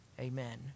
amen